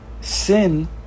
sin